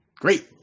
Great